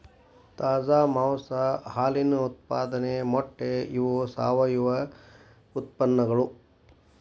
ತಾಜಾ ಮಾಂಸಾ ಹಾಲಿನ ಉತ್ಪಾದನೆ ಮೊಟ್ಟೆ ಇವ ಸಾವಯುವ ಉತ್ಪನ್ನಗಳು